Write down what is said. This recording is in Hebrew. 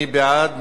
מי בעד?